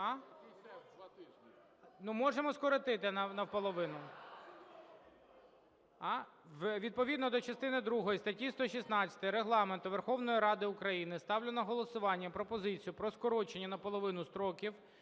до… Можемо скоротити наполовину. Відповідно до частини другої статті 116 Регламенту Верховної Ради України, ставлю на голосування пропозицію про скорочення наполовину строків